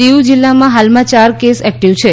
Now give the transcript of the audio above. દીવ જીલ્લામાં હાલમાં ચાર કેસ એક્ટીવ છે